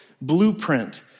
blueprint